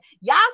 Y'all